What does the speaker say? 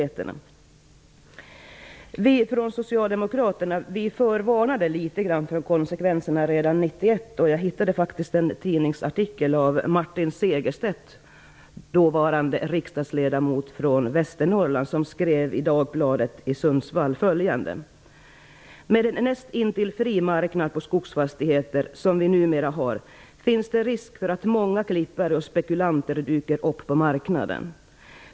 Vi socialdemokrater varnade litet grand för konsekvenserna redan 1991. Jag hittade faktiskt en tidningsartikel av Martin Segerstedt, dåvarande riksdagsledamot från Västernorrland, som i Dagbladet i Sundsvall skrev följande: "Med en näst intill fri marknad på skogsfastigheter som vi numera har, finns det risk för att många klippare och spekulanter dyker upp på marknaden.